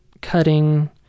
cutting